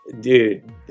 Dude